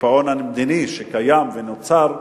בקיפאון המדיני שקיים, ונוצר,